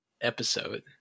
episode